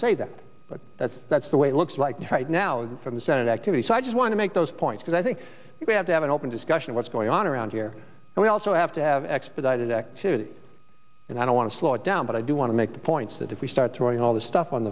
say that but that's that's the way it looks like right now from the senate activity so i just want to make those points but i think we have to have an open discussion what's going on around here and we also have to have expedited activity and i don't want to slow it down but i do want to make the points that if we start throwing all this stuff on